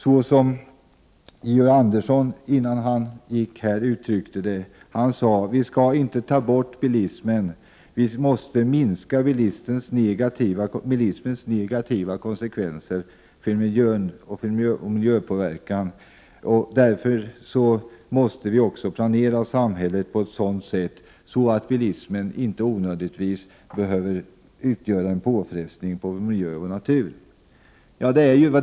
Som Sten Andersson uttryckte saken skall vi inte ta bort bilismen. Vi måste minska bilismens negativa konsekvenser för miljön. Därför måste vi också planera samhället på ett sådant sätt att bilismen inte i onödan utgör en påfrestning på vår miljö och vår natur.